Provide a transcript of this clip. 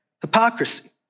hypocrisy